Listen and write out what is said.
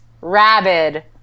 rabid